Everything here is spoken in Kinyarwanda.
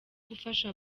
gufasha